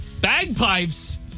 Bagpipes